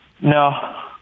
No